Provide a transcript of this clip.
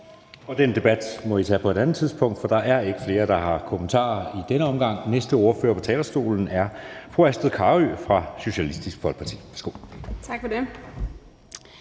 Den debat må I tage på et andet tidspunkt, for der er ikke flere, der har kommentarer i denne omgang. Næste ordfører på talerstolen er fru Astrid Carøe fra Socialistisk Folkeparti. Værsgo. Kl.